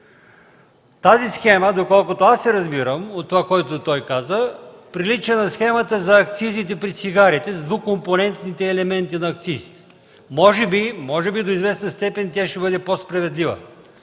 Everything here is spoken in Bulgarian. Тази схема, доколкото аз разбирам от това, което той каза, прилича на схемата за акцизите при цигарите с двукомпонентните елементи на акциз. Може би до известна степен тя ще бъде по-справедлива,